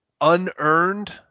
unearned